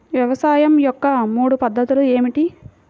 వ్యవసాయం యొక్క మూడు పద్ధతులు ఏమిటి?